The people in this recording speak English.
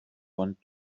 want